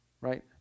Right